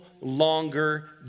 longer